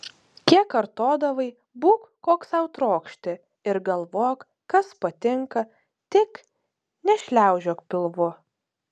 kiek kartodavai būk koks sau trokšti ir galvok kas patinka tik nešliaužiok pilvu